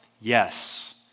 Yes